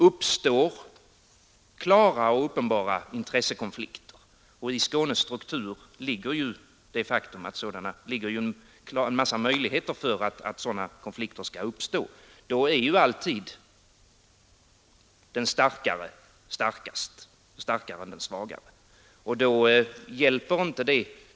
Uppstår klara och uppenbara intressekonflikter — och i Skånes struktur ligger en massa möjligheter för att sådana konflikter skall uppstå — då är alltid den starkare starkast.